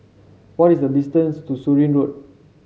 what is the distance to Surin Road